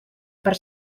per